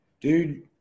Dude